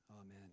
Amen